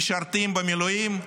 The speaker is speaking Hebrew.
משרתים במילואים,